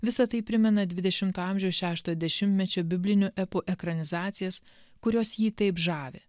visa tai primena dvidešimto amžiaus šeštojo dešimtmečio biblinių epų ekranizacijas kurios jį taip žavi